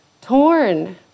torn